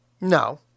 No